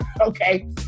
Okay